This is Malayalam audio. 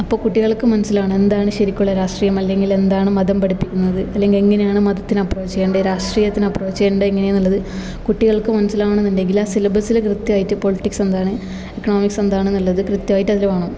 അപ്പോൾ കുട്ടികൾക്ക് മനസ്സിലാവണം എന്താണ് ശരിക്കുള്ള രാഷ്ട്രീയം അല്ലെങ്കില് എന്താണ് മതം പഠിപ്പിക്കുന്നത് അല്ലെങ്കിൽ എങ്ങനെയാണ് മതത്തിനെ അപ്പ്രോച്ച് ചെയ്യേണ്ടത് രാഷ്രിയത്തിനെ അപ്പ്രോച്ച് ചെയ്യേണ്ടത് എങ്ങനെയാണെന്നുള്ളത് കുട്ടികൾക്ക് മനസ്സിലാവണമെന്നുണ്ടെങ്കില് ആ സിലബസില് കൃത്യമായിട്ട് പൊളിറ്റിക്സ് എന്താണ് എക്കണോമിക്സ് എന്താണെന്നുള്ളത് കൃത്യമായിട്ട് അതില് വേണം